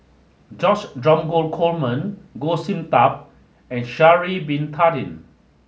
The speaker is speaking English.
George Dromgold Coleman Goh Sin Tub and Sha'ari bin Tadin